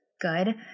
good